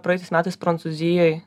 praėjusiais metais prancūzijoj